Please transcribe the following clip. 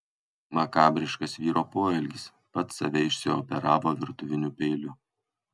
makabriškas vyro poelgis pats save išsioperavo virtuviniu peiliu